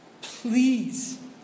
please